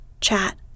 chat